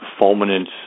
fulminant